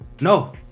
No